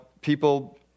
people